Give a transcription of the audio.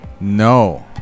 No